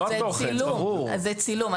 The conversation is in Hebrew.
זה צילום.